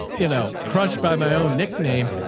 you know, crushed by my own nickname.